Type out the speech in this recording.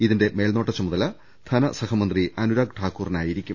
ഇതിന്റെ മേൽനോട്ടച്ചുമതല ധനസഹമന്ത്രി അനുരാഗ് ഠാക്കൂറിനാ യിരിക്കും